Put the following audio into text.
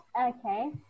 Okay